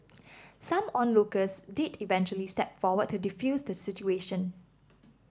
some onlookers did eventually step forward to defuse the situation